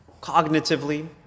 cognitively